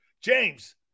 james